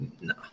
No